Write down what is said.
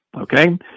okay